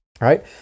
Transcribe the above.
Right